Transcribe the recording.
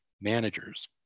managers